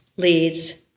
leads